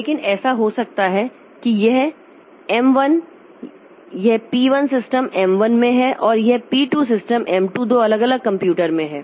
लेकिन ऐसा हो सकता है कि यह एम 1 यह पी 1 सिस्टम एम 1 में है और यह पी 2 सिस्टम एम 2 दो अलग अलग कंप्यूटरों में है